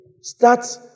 start